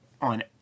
on